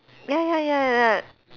ya ya ya ya